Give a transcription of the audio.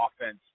offense